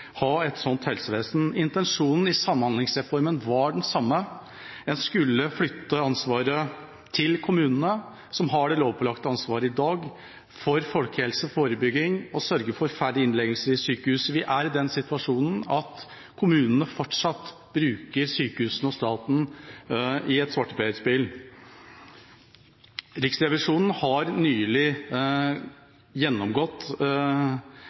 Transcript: ha et slikt helsevesen. Intensjonen i samhandlingsreformen var den samme. En skulle flytte ansvaret til kommunene, som har det lovpålagte ansvaret i dag for folkehelse, forebygging og for å sørge for færre innleggelser i sykehus. Vi er i den situasjonen at kommunene fortsatt bruker sykehusene og staten i et svarteperspill. Riksrevisjonen har nylig gjennomgått